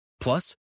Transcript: Plus